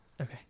Okay